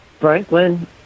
Franklin